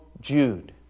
Jude